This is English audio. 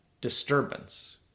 disturbance